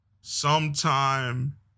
sometime